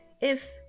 if-